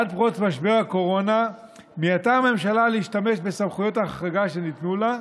עד פרוץ משבר הקורונה מיעטה הממשלה להשתמש בסמכויות ההחרגה שניתנו לה,